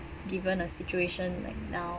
given a situation like now